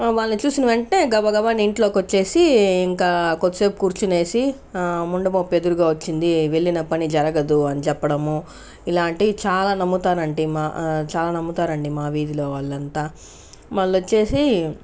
వాళ్లని చూసిన వెంటనే గబా గబా ఇంట్లోకి వచ్చేసి ఇంకా కొద్దిసేపు కుర్చునేసి ఆ ముండమోపు ఎదురుగా వచ్చింది వెళ్ళిన పని జరగదు అని చెప్పడము ఇలాంటి చాలా నమ్ముతా ఆంటి చాలా నమ్ముతారండి మా వీధిలో వాళ్లంతా మళ్ళోచ్చేసి